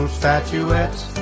statuettes